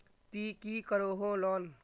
ती की करोहो लोन?